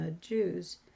Jews